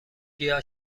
گیاه